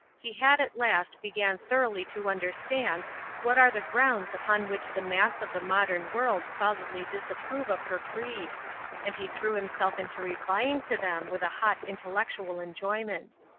he had at last begun thoroughly to understand what are the grounds upon which the mass of the modern world solidly disapprove of her creed and he threw himself into replying to them with a hot intellectual enjoyment.